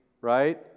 right